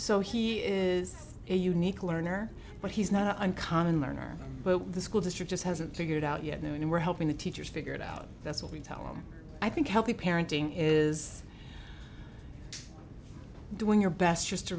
so he is a unique learner but he's not an uncommon learner but the school district just hasn't figured out yet now and we're helping the teachers figure it out that's what we tell them i think healthy parenting is doing your best